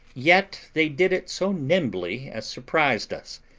yet they did it so nimbly as surprised us.